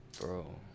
Bro